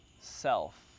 self